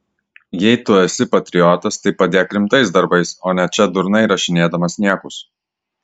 jei tu esi patriotas tai padėk rimtais darbais o ne čia durnai rašinėdamas niekus